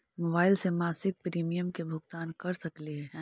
Mobile से मासिक premium के भुगतान कर सकली हे?